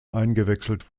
eingewechselt